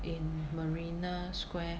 in marina square